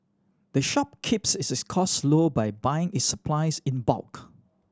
the shop keeps its cost low by buying its supplies in bulk